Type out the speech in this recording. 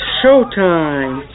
showtime